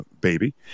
baby